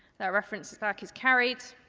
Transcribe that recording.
that reference back is carried.